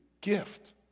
gift